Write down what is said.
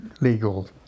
legal